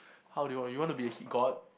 how do you you want to be a hit god